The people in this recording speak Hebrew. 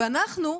ואנחנו,